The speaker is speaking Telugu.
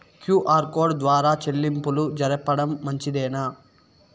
క్యు.ఆర్ కోడ్ ద్వారా చెల్లింపులు జరపడం మంచిదేనా?